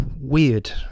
weird